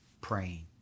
praying